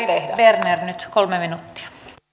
berner kolme minuuttia